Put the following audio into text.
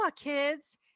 kids